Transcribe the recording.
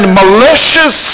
malicious